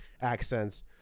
accents